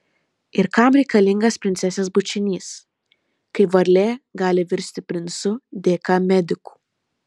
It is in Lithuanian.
ir kam reikalingas princesės bučinys kai varlė gali virsti princu dėka medikų